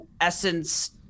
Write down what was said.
essence